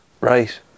Right